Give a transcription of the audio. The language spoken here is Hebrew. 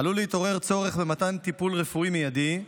עלול להתעורר צורך במתן טיפול רפואי מיידי,